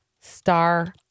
star